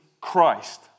Christ